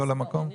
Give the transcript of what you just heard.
לאומי.